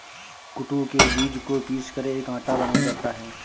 कूटू के बीज को पीसकर एक आटा बनाया जाता है